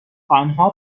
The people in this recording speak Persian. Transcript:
انها